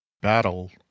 Battle